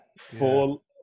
Full